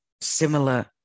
similar